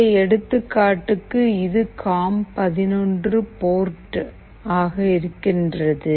இந்த எடுத்துக்காட்டுக்கு இது காம் 11 போர்ட் ஆக இருக்கிறது